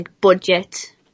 budget